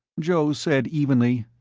joe said evenly,